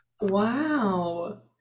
Wow